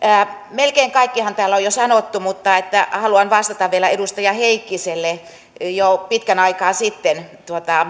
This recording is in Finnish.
melkein kaikkihan täällä on jo sanottu mutta haluan vastata vielä edustaja heikkiselle jo pitkän aikaa sitten